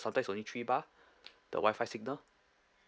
sometimes only three bar the wi-fi signal